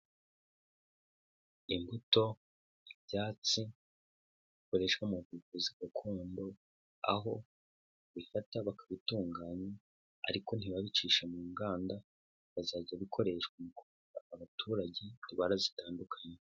Imbuto, ibyatsi bikoreshwa mu buvuzi gakondo, aho bifatwa bakabitunganya, ariko ntibabicisha mu nganda, bizajya bikoreshwa mu kuvura abaturage indwara zitandukanye.